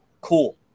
Cool